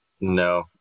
No